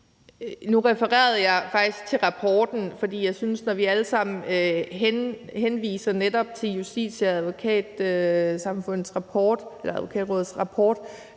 Nu refererede jeg faktisk til rapporten. For jeg synes, at når vi alle sammen henviser til netop Justitias og Advokatsamfundets rapport, som er kritisk